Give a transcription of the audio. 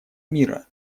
мира